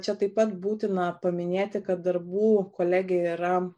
čia taip pat būtina paminėti kad darbų kolegė yra